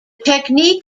technique